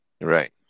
Right